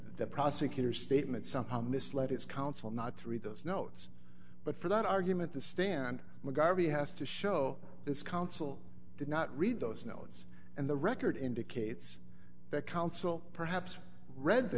the prosecutor statement somehow misled its counsel not three those notes but for that argument the stand mcgarvie has to show its counsel did not read those notes and the record indicates that counsel perhaps read the